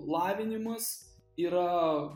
lavinimas yra